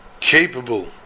capable